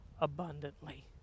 abundantly